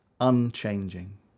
Unchanging